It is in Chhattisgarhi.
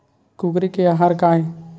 कुकरी के आहार काय?